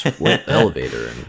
elevator